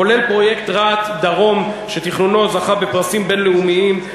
כולל פרויקט רהט-דרום שתכנונו זכה בפרסים בין-לאומיים.